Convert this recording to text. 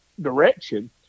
direction